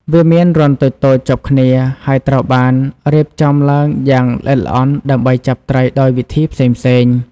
វាមានរន្ធតូចៗជាប់គ្នា ហើយត្រូវបានរៀបចំឡើងយ៉ាងល្អិតល្អន់ដើម្បីចាប់ត្រីដោយវិធីផ្សេងៗ។